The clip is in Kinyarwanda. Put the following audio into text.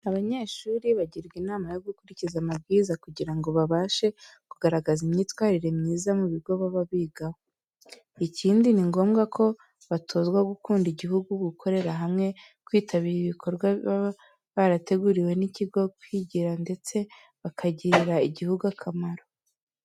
Abanyeshuri bagirwa inama yo gukurikiza amabwiriza kugira ngo babashe kugaragaza imyitwarire myiza mu bigo baba bigaho. Ikindi, ni ngombwa ko batozwa gukunda igihugu, gukorera hamwe, kwitabira ibikorwa baba barateguriwe n'ikigo, kwigira ndetse bakagirira igihugu akamaro.